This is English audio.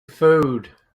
food